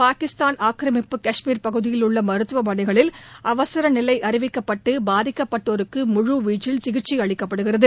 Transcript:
பாகிஸ்தான் ஆக்கிரமிப்பு காஷ்மீா பகுதியில் உள்ள மருத்துவமனைகளில் அவசர நிலை அறிவிக்கப்பட்டு பாதிக்கப்பட்டோருக்கு முழுவீச்சில் சிகிச்சை அளிக்கப்படுகிறது